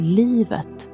livet